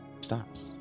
stops